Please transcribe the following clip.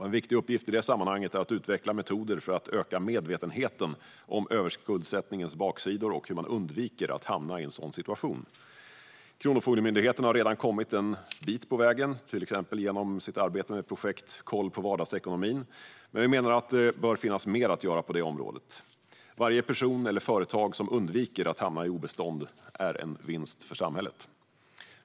En viktig uppgift i det sammanhanget är att utveckla metoder för att öka medvetenheten om överskuldsättningens baksidor och hur man undviker att hamna i en sådan situation. Kronofogdemyndigheten har redan kommit en bit på vägen, till exempel genom sitt arbete med projektet Koll på vardagsekonomin, men vi menar att det bör finnas mer att göra på detta område. Varje person eller företag som undviker att hamna på obestånd är en vinst för samhället.